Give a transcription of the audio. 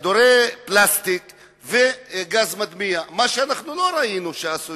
כדורי פלסטיק וגז מדמיע, מה שלא ראינו שעשו